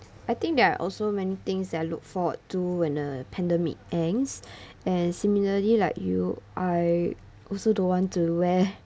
I think there are also many things that I look forward to when the pandemic ends and similarly like you I also don't want to wear